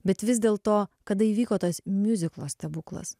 bet vis dėl to kada įvyko tas miuziklo stebuklas